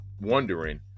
wondering